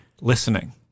listening